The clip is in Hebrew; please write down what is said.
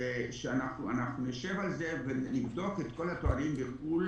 אנחנו נשב על זה ונבדוק את כל התארים בחו"ל